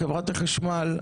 חברת החשמל,